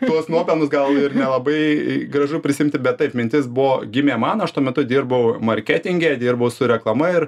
tuos nuopelnus gal ir nelabai gražu prisiimti bet taip mintis buvo gimė man aš tuo metu dirbau marketinge dirbau su reklama ir